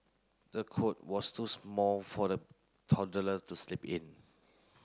the cot was too small for the toddler to sleep in